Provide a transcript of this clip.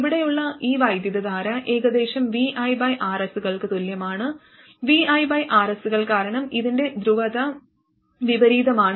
ഇവിടെയുള്ള ഈ വൈദ്യുതധാര ഏകദേശം viRs കൾക്ക് തുല്യമാണ് -viRs കൾ കാരണം ഇതിന്റെ ധ്രുവത വിപരീതമാണ്